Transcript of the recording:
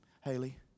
Haley